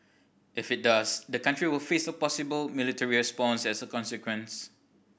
if it does the country will face a possible military response as a consequence